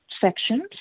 sections